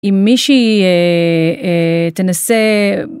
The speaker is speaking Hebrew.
אם מישהי תנסה.